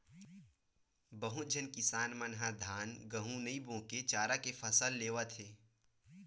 बहुत झन किसान मन ह धान, गहूँ नइ बो के चारा के फसल लेवत हे